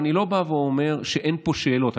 אני לא אומר שאין פה שאלות.